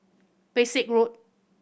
Pesek Road